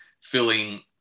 filling